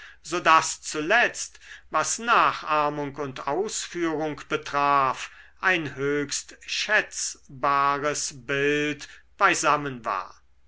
daß zuletzt was nachahmung und ausführung betraf ein höchst schätzbares bild beisammen war